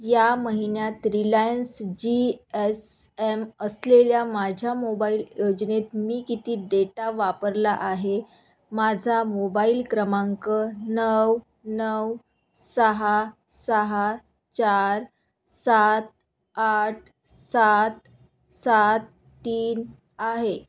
या महिन्यात Reliance G S M असलेल्या माझ्या मोबाईल योजनेत मी किती डेटा वापरला आहे माझा मोबाईल क्रमांक नऊ नऊ सहा सहा चार सात आठ सात सात तीन आहे